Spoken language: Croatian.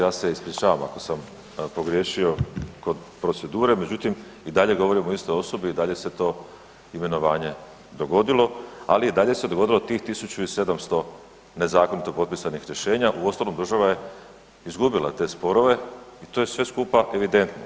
Ja se ispričavam ako sam pogriješio kod procedure, međutim i dalje govorimo o istoj osobi i dalje se to imenovanje dogodilo, ali i dalje se dogodilo tih 1700 nezakonito potpisanih rješenja, uostalom država je izgubila te sporove i to je sve skupa evidentno.